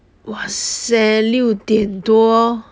!wahseh! 六点多